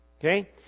okay